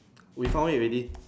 we found it already